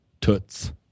toots